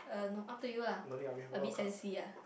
uh no up to you lah then see ah